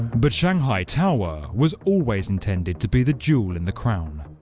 but shanghai tower was always intended to be the jewel in the crown.